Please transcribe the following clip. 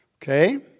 Okay